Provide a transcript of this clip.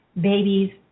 babies